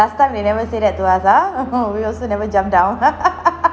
last time they never said that to us ah we also never jump down